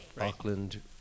Auckland